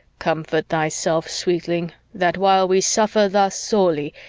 comfort thyself, sweetling, that while we suffer thus sorely,